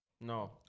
No